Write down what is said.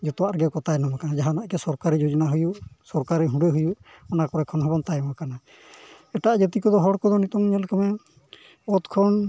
ᱡᱚᱛᱚᱣᱟᱜ ᱨᱮᱜᱮ ᱠᱚ ᱛᱟᱭᱱᱚᱢ ᱟᱠᱟᱱᱟ ᱡᱟᱦᱟᱱᱟᱜ ᱜᱮ ᱥᱚᱨᱠᱟᱨᱤ ᱡᱳᱡᱚᱱᱟ ᱦᱩᱭᱩᱜ ᱥᱚᱨᱠᱟᱨᱤ ᱦᱩᱰᱟᱹ ᱦᱩᱭᱩᱜ ᱚᱱᱟ ᱠᱚᱨᱮ ᱠᱷᱚᱱ ᱦᱚᱵᱚᱱ ᱛᱟᱭᱚᱢ ᱟᱠᱟᱱᱟ ᱮᱴᱟᱜ ᱡᱟᱹᱛᱤ ᱦᱚᱲ ᱠᱚᱫᱚ ᱱᱤᱛᱚᱜ ᱧᱮᱞ ᱠᱚᱢᱮ ᱚᱛ ᱠᱷᱚᱱ